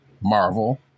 Marvel